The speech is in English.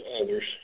others